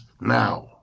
now